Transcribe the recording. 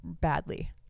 badly